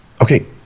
Okay